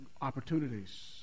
opportunities